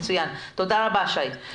תודה רבה, שי.